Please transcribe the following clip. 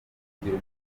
kugira